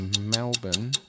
Melbourne